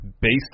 based